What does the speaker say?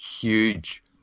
huge